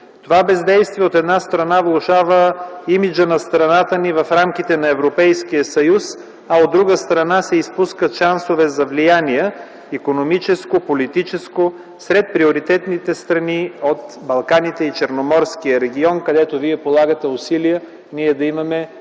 Това бездействие, от една страна, влошава имиджа на страната ни в рамките на Европейския съюз, а от друга страна, се изпускат шансове за влияния – икономическо, политическо, сред приоритетните страни от Балканите и Черноморския регион, където полагате усилия ние да имаме